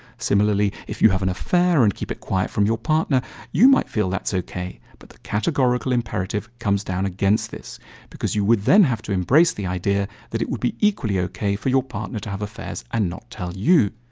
similarly, if you have an affair and keep it quiet from your partner you might feel that's okay but the categorical imperative comes down against this because you would then have to embrace the idea that it would be equally okay for your partner to have affairs and not tell you.